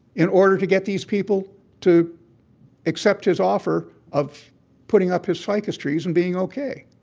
in order to get these people to accept his offer of putting up his ficus trees and being ok.